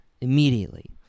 Immediately